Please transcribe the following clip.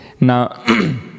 Now